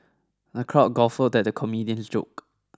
the crowd guffawed at the comedian's joke